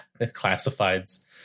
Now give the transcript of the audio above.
classifieds